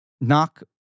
Knock